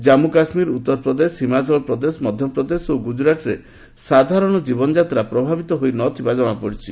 ଜାଞ୍ଚୁ କାଶ୍ମୀର ଉତ୍ତରପ୍ରଦେଶ ହିମାଚଳ ପ୍ରଦେଶ ମଧ୍ୟପ୍ରଦେଶ ଓ ଗୁଜରାଟରେ ସାଧାରଣ ଜୀବନଯାତ୍ରା ପ୍ରଭାବିତ ହୋଇନଥିବା କ୍ଷଣାପଡ଼ିଛି